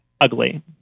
ugly